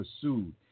pursued